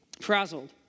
frazzled